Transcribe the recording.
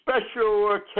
special